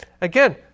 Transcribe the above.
Again